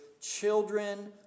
children